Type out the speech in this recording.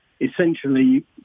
Essentially